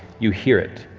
you hear it.